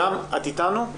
ים, את אתנו?